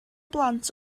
blant